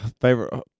favorite